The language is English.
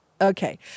Okay